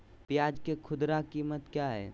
प्याज के खुदरा कीमत क्या है?